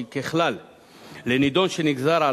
(איסור יציאה מהארץ לעובדי